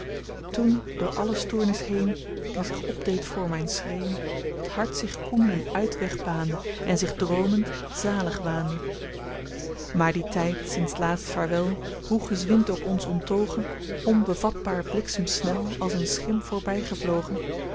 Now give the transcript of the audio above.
toen door alle stoornis heen die zich opdeed voor myn schreên t hart zich koen een uitweg baande en zich droomend zalig waande maar die tyd sints t laatst vaarwel hoe gezwind ook ons onttogen onbevatbaar bliksemsnel als een schim